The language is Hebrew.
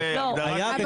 כרגע,